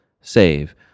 save